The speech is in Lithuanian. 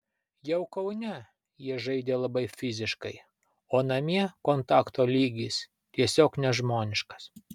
jau kaune jie žaidė labai fiziškai o namie kontakto lygis tiesiog nežmoniškas